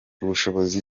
ubushobozi